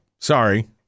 Sorry